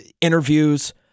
interviews